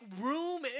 room